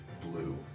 blue